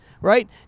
right